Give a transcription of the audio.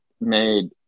made